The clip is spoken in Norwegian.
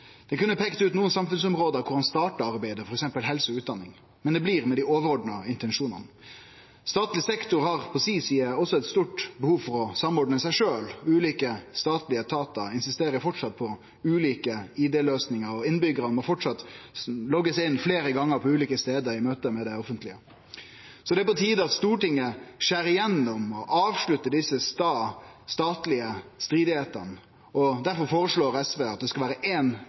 kunne ha peika ut nokre samfunnsområde der ein starta arbeidet, f.eks. helse og utdanning, men det blir med dei overordna intensjonane. Statleg sektor har på si side også eit stort behov for å samordne seg sjølv. Ulike statlege etatar insisterer framleis på ulike ID-løysingar, og innbyggjarane må framleis logge seg inn fleire gonger på ulike stader i møte med det offentlege. Det er på tide at Stortinget skjer igjennom og avsluttar denne stae statlege striden, og difor føreslår SV i forslag nr. 1 at det skal vere